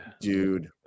dude